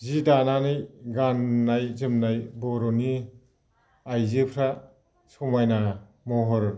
सि दानानै गाननाय जोमनाय बर'नि आइजोफ्रा समायना महर